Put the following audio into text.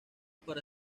para